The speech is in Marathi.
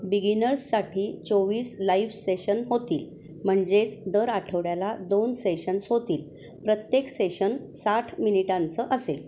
बिगिनर्ससाठी चोवीस लाईव्ह सेशन होतील म्हणजेच दर आठवड्याला दोन सेशन्स होतील प्रत्येक सेशन साठ मिनिटांचं असेल